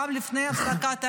גם לפני הפסקת האש,